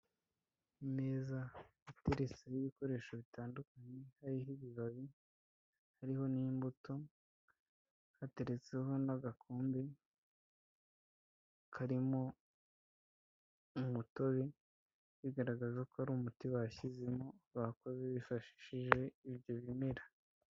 Imeza iteretseho ibikoresho bitandukanye hariho ibibabi, hariho n'imbuto, hatereretseho n'agakombe karimo umutobe, bigaragaza ko ari umuti bashyizemo, bakoze bifashishije ibyo bimera.